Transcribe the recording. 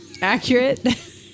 Accurate